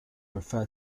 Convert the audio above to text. refer